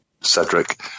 Cedric